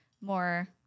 more